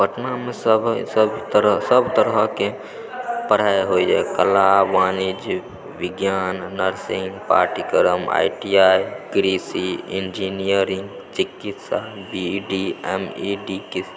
पटनामे सभ सभ तरहकेँ पढ़ाइ होइए कला वाणिज्य विज्ञान नर्सिंग पाठ्यक्रम आइ टी आई कृषि इन्जीनियरिंग चिकित्सा B E D M E D के